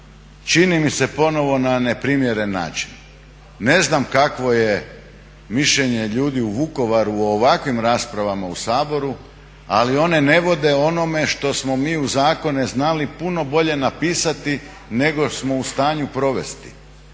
čini mi se ponovo na neprimjeren način. Ne znam kakvo je mišljenje ljudi u Vukovaru o ovakvim raspravama u Saboru, ali one vode onome što smo mi u zakone znali puno bolje napisati nego što smo u stanju provesti.